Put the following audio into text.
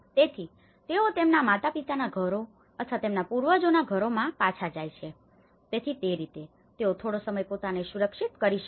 તેથી તેઓ તેમના માતાપિતાના ઘરો અથવા તેમના પૂર્વજોના ઘરોમાં પાછા જાય છે તેથી તે રીતે તેઓ થોડો સમય પોતાને સુરક્ષિત કરી શકશે